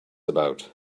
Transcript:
about